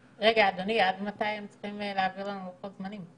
אדוני, עד מתי הם צריכים להעביר לנו לוחות-זמנים?